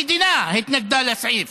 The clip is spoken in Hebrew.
המדינה התנגדה לסעיף